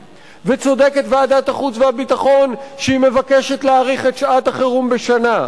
וצודקת ועדת החוץ והביטחון כשהיא מבקשת להאריך את שעת החירום בשנה.